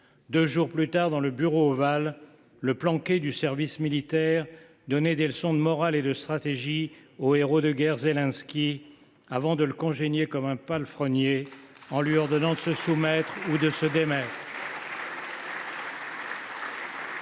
Deux jours plus tard, dans le Bureau ovale, le planqué du service militaire donnait des leçons de morale et de stratégie au héros de guerre Zelensky, avant de le congédier comme un palefrenier en lui ordonnant de se soumettre ou de se démettre.